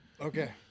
Okay